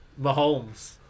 Mahomes